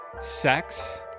sex